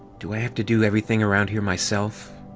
do i have to do everything around here myself?